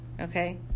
okay